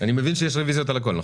שיש רביזיות על הכול.